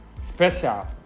special